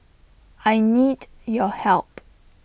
I need your help